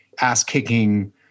ass-kicking